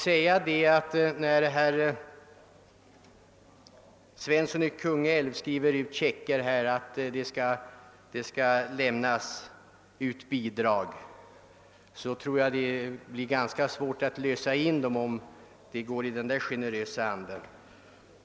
När herr Svensson i Kungälv skriver ut checker på att det skall lämnas bidrag, tror jag att det blir ganska svårt att få dem inlösta.